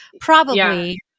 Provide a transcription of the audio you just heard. probably-